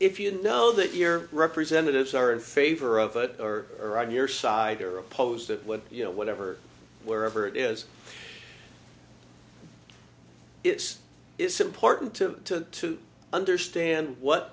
if you know that your representatives are in favor of it or are on your side or opposed to what you know whatever wherever it is it's it's important to understand what